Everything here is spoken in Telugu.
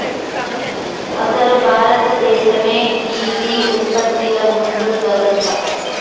అసలు భారతదేసమే గీ టీ ఉత్పత్తిల ముందున్నదంట